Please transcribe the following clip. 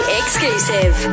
exclusive